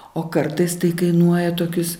o kartais tai kainuoja tokius